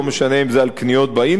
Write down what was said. לא משנה אם זה על קניות באינטרנט,